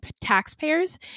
taxpayers